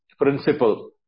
principle